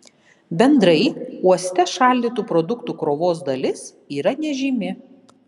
bendrai uoste šaldytų produktų krovos dalis yra nežymi